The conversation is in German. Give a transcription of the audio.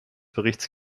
berichts